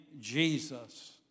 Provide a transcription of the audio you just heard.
Jesus